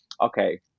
okay